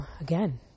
again